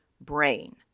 brain